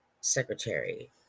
Secretary